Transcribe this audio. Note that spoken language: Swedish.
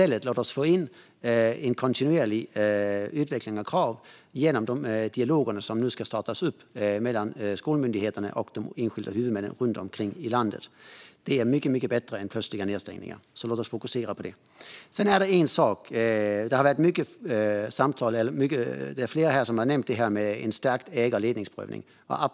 Låt oss i stället införa kontinuerlig utveckling och krav genom de dialoger som nu ska startas upp mellan skolmyndigheterna och de enskilda huvudmännen runt omkring i landet! Det är mycket bättre än plötsliga nedstängningar, så låt oss fokusera på det! Flera har nämnt det här med stärkt ägarledningsprövning.